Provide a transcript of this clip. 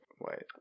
Wait